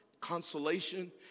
consolation